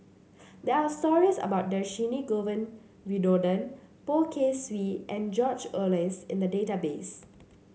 there are stories about Dhershini Govin Winodan Poh Kay Swee and George Oehlers in the database